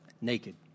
naked